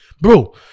Bro